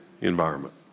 environment